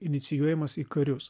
inicijuojamas į karius